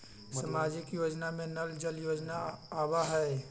सामाजिक योजना में नल जल योजना आवहई?